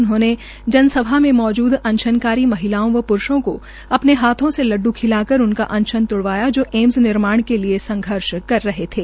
उन्होंने जनसभा में मौजदू अनशन कारी महिलाओं व प्रूषों को अपने हाथों से लडड् खिलाकर उनका अनशन त्ड़वाया जो एम्स निर्माण के लिये संघर्ष कर रहे थे